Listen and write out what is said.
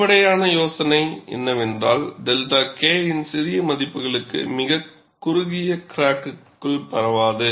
அடிப்படை யோசனை என்னவென்றால் 𝛅 K இன் சிறிய மதிப்புகளுக்கு மிகக் குறுகிய கிராக்குகள் பரவாது